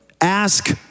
ask